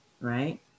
right